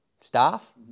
staff